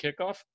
kickoff